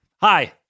Hi